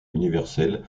universelle